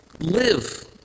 live